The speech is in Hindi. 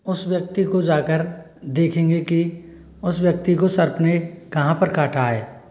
उस व्यक्ति को जाकर देखेंगे कि उस व्यक्ति को सर्प ने कहाँ पर काटा है